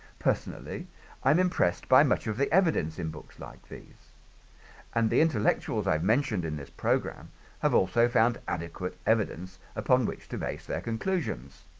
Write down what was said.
personally i'm impressed by much of the evidence in books like these and the intellectuals i mentioned in this program have also found adequate evidence upon to base their conclusions